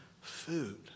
food